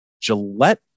Gillette